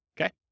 Okay